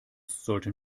sollten